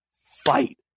fight